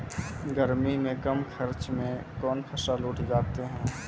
गर्मी मे कम खर्च मे कौन फसल उठ जाते हैं?